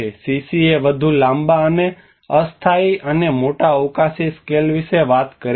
CCA વધુ લાંબા અને અસ્થાયી અને મોટા અવકાશી સ્કેલ વિશે વાત કરે છે